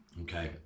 Okay